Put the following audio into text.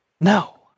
no